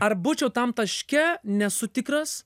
ar būčiau tam taške nesu tikras